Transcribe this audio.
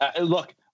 Look